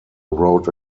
wrote